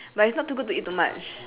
but it's not too good to eat too much